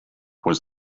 was